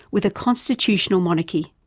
with a constitutional monarchy.